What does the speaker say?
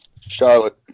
Charlotte